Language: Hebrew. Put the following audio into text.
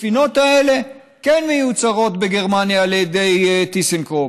הספינות האלה כן מיוצרות בגרמניה על ידי טיסנקרופ.